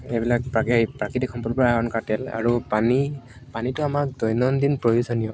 এইবিলাক প্ৰাকৃ প্ৰাকৃতিক সম্পূৰ্ণ আহণ কাতে তেল আৰু পানী পানীটো আমাক দৈনন্দিন প্ৰয়োজনীয়